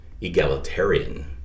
egalitarian